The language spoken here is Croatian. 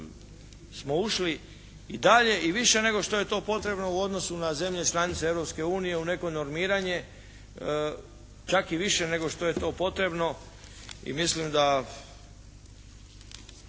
da smo ušli i dalje i više nego što je to potrebno u odnosu na zemlje članice Europske unije u neko normiranje, čak i više nego što je to potrebno i mislim da